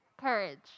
Courage